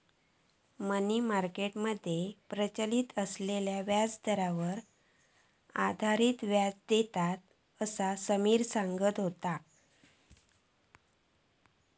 मनी market मध्ये प्रचलित असलेल्या व्याजदरांवर आधारित व्याज देतत, असा समिर सांगा होतो